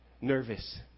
nervous